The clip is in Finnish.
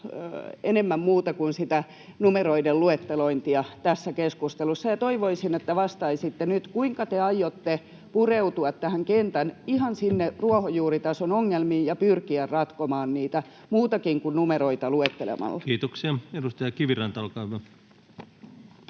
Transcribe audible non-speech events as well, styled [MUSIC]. enemmän, muuta kuin sitä numeroiden luettelointia tässä keskustelussa. Toivoisin, että vastaisitte nyt, kuinka te aiotte pureutua kentän, ihan ruohonjuuritason, ongelmiin ja pyrkiä ratkomaan niitä — muutenkin kuin numeroita [NOISE] luettelemalla. Kiitoksia. — Edustaja Kiviranta, olkaa hyvä.